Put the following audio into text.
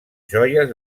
joies